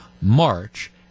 march